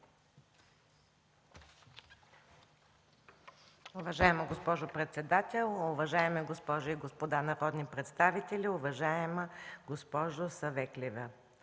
Уважаема госпожо председател, уважаеми дами и господа народни представители, уважаема госпожо Савеклиева!